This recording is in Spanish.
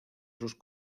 sus